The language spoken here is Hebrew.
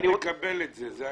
אני מקבל את זה.